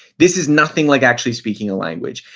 this is nothing like actually speaking a language.